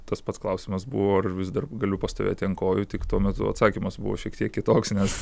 tas pats klausimas buvo ar vis dar galiu pastovėti ant kojų tik tuo metu atsakymas buvo šiek tiek kitoks nes